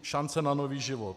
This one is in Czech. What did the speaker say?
Šance na nový život.